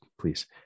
please